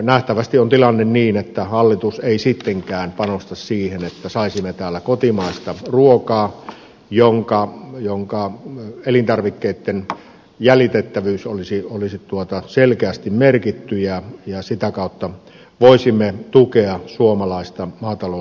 nähtävästi tilanne on niin että hallitus ei sittenkään panosta siihen että saisimme täällä kotimaista ruokaa jolloin elintarvikkeitten jäljitettävyys olisi selkeästi merkitty ja sitä kautta voisimme tukea suomalaista maataloustuotantoa